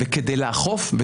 וכדי לאכוף,